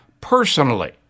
personally